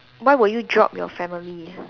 why would you drop your family